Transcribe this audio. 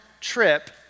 trip